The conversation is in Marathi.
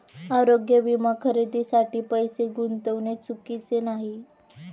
आरोग्य विमा खरेदीसाठी पैसे गुंतविणे चुकीचे नाही